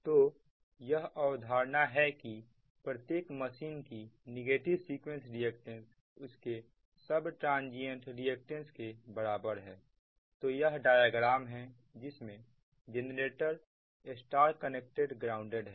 तो यह एक अवधारणा है की प्रत्येक मशीन की नेगेटिव सीक्वेंस रिएक्टेंस उसके सब ट्रांजियंट रिएक्टेंस के बराबर है तो यह डायग्राम है जिसमेंजेनरेटर Y कनेक्टेड ग्राउंडेड है